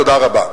תודה רבה".